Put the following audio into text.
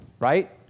right